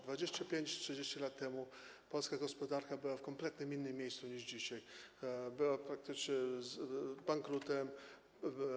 25, 30 lat temu polska gospodarka była w kompletnie innym miejscu niż dzisiaj, była praktycznie bankrutem.